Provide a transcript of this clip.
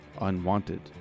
Unwanted